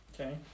Okay